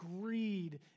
greed